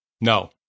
No